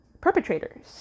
perpetrators